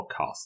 Podcast